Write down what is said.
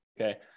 okay